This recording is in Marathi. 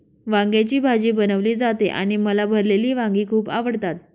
वांग्याची भाजी बनवली जाते आणि मला भरलेली वांगी खूप आवडतात